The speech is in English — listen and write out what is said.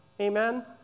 Amen